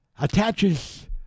attaches